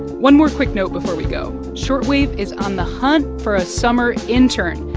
one more quick note before we go short wave is on the hunt for a summer intern.